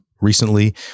recently